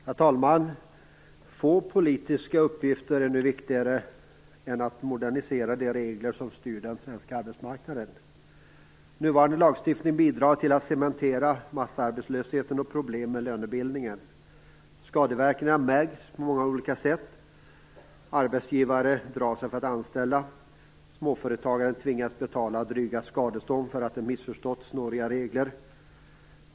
Herr talman! Få politiska uppgifter är nu viktigare än att modernisera de regler som styr den svenska arbetsmarknaden. Nuvarande lagstiftning bidrar till att cementera massarbetslösheten och problemen med lönebildningen. Skadeverkningarna märks på många olika sätt. Arbetsgivare drar sig för att anställa. Småföretagare tvingas att betala dryga skadestånd därför att de har missförstått snåriga regler.